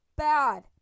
bad